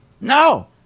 No